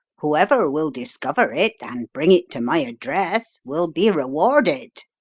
whoever will discover it, and bring it to my address, will be rewarded.